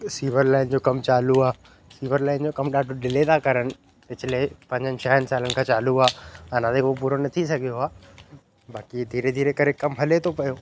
sewer line जो कम चालू आहे सीवर लाइन जो कम ॾाढो डिले था कनि पिछले पंजनि छहनि सालनि खां चालू आहे अञा ताईं हो पूरो न थी सघियो आहे बाक़ी धीरे धीरे करे कम हले थो पियो